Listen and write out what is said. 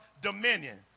dominion